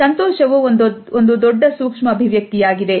ಸಂತೋಷವು ಒಂದು ದೊಡ್ಡ ಸೂಕ್ಷ್ಮ ಅಭಿವ್ಯಕ್ತಿಯಾಗಿದೆ